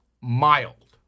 mild